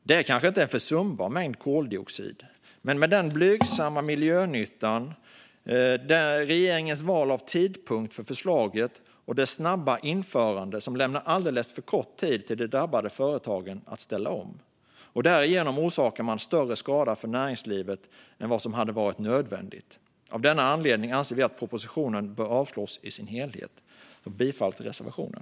Det är kanske inte en försumbar mängd koldioxid, men med hänsyn till den blygsamma miljönyttan lämnar regeringen med sitt val av tidpunkt för förslaget och dess snabba införande alldeles för kort tid för de drabbade företagen att ställa om. Därigenom förorsakar man större skada för näringslivet än vad som hade varit nödvändigt. Av denna anledning anser vi att propositionen bör avslås i sin helhet. Jag yrkar bifall till reservationen.